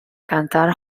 cantar